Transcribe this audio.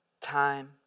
time